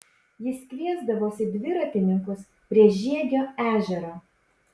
jis kviesdavosi dviratininkus prie žiegio ežero